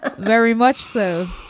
very much so.